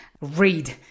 read